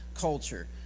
culture